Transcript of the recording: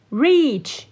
reach